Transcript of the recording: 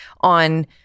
on